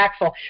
impactful